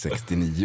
69